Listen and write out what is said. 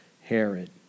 Herod